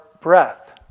breath